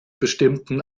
bestimmten